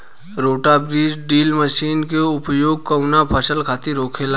रोटा बिज drill machine के उपयोग कऊना फसल खातिर होखेला?